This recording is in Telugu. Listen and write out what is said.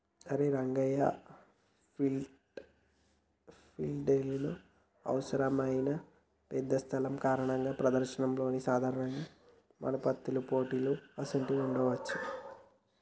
అరే రంగయ్య ఫీల్డ్ డెలో అవసరమైన పెద్ద స్థలం కారణంగా ప్రదర్శనలతో సాధారణంగా మన్నుతున్న పోటీలు అసోంటివి ఉండవచ్చా